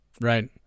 right